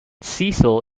cecil